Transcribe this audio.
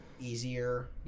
easier